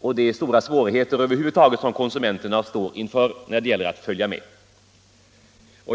och de stora svårigheter över huvud taget som konsumenterna står inför när det gäller att följa med.